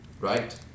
Right